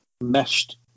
meshed